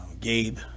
Gabe